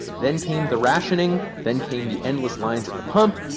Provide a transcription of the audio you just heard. then came the rationing. then came the endless lines at the pump.